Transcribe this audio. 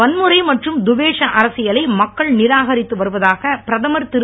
வன்முறை மற்றும் துவேஷ் அரசியலை மக்கள் நிராகரித்து வருவதாக பிரதமர் திரு